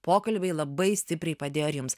pokalbiai labai stipriai padėjo ir jums